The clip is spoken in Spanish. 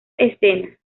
escena